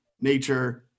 nature